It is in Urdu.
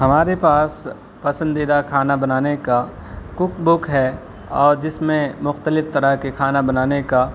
ہمارے پاس پسندیدہ کھانا بنانے کا کک بک ہے اور جس میں مختلف طرح کے کھانا بنانے کا